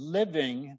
living